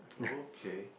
okay